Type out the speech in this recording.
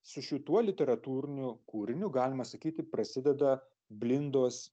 su šituo literatūriniu kūriniu galima sakyti prasideda blindos